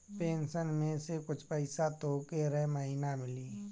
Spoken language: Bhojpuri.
पेंशन में से कुछ पईसा तोहके रह महिना मिली